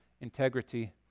integrity